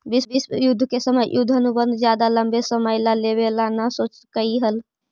विश्व युद्ध के समय युद्ध अनुबंध ज्यादा लंबे समय ला लेवे ला न सोचकई हल